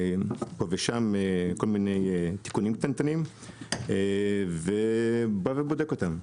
ופה ושם כל מיני תיקונים קטנטנים ובא ובודק אותם.